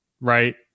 right